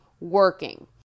working